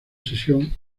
sesión